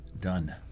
Done